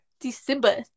December